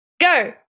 go